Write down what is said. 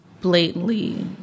blatantly